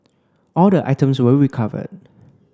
all the items were recovered